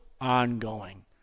ongoing